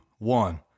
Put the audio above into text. One